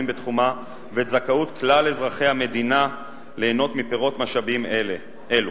בתחומה ואת זכאות כלל אזרחי המדינה ליהנות מפירות משאבים אלו,